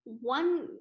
one